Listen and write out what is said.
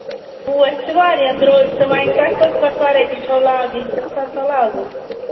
پوش چھِ واریاہ درٛۅگ تہٕ وۅنۍ تۄہہِ کۄس کۄس ویریٹی چھَوٕ لاگٕنۍ تہٕ سۄ سۄ لاگو